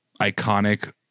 iconic